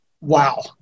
wow